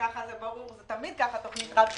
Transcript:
זה תמיד ככה, תוכנית רב שנתית,